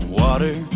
water